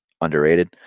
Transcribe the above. underrated